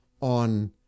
on